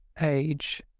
age